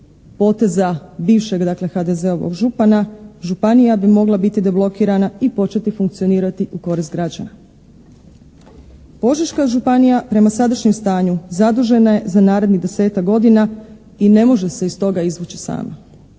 poteza bivšeg, dakle, HDZ-ovog župana, županija bi mogla biti deblokirana i početi funkcionirati u korist građana. Požeška županija prema sadašnjem stanju zadužena je za narednih 10-ak godina i ne može se iz toga izvući sama.